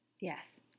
Yes